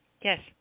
Yes